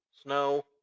snow